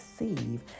receive